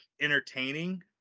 entertaining